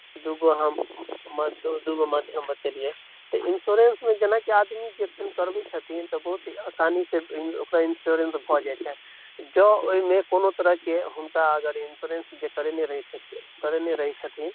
दुगो हम दुगो माध्यम बतेलियै इन्स्योरेन्समे जेनाकि आदमी जखन करबैत छथिन तऽ बहुत आसानीसँ ओकरा इन्स्योरेन्स भऽ जाइत छै जँ ओहिमे कोनो तरहके हुनका अगर इन्स्योरेन्स जे करेने रहैत छथिन करेने रहैत छथिन